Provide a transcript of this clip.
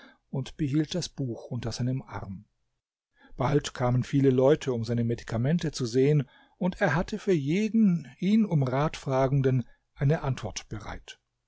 und behielt das buch unter seinem arm bald kamen viele leute um seine medikamente zu sehen und er hatte für jeden ihn um rat fragenden eine antwort bereit